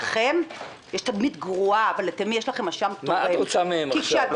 לכם יש תדמית גרועה --- מה את רוצה מהם עכשיו?